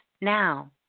now